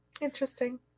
interesting